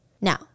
Now